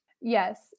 Yes